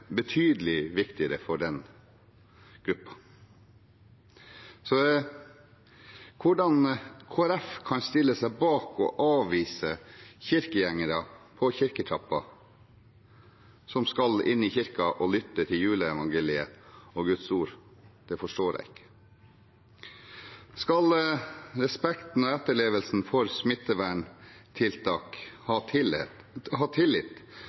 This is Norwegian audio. betydelig viktigere for den gruppen. Så hvordan Kristelig Folkeparti kan stille seg bak å avvise på kirketrappa kirkegjengere som skal inn i kirken og lytte til juleevangeliet og Guds ord, forstår jeg ikke. Skal respekten og etterlevelsen for smitteverntiltak ha tillit, må smitteverntiltakene være forståelige for folk. Vi har tillit